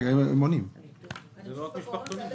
זה לא רק משפחתונים.